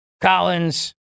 Collins